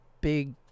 big